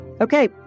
Okay